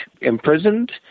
imprisoned